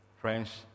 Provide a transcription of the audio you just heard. Friends